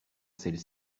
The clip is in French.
celle